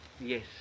Yes